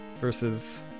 Versus